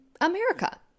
America